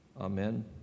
Amen